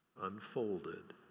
unfolded